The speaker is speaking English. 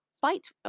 fight